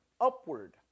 upward